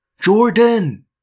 Jordan